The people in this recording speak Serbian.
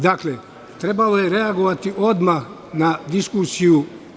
Trebalo je reagovati odmah na diskusiju.